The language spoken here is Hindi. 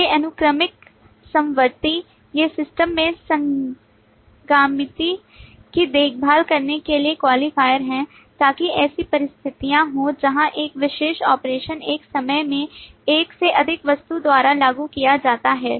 ये अनुक्रमिक समवर्ती ये सिस्टम में संगामिति की देखभाल करने के लिए क्वालीफायर हैं ताकि ऐसी परिस्थितियां हों जहां एक विशेष ऑपरेशन एक समय में एक से अधिक वस्तु द्वारा लागू किया जाता है